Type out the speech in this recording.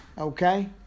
Okay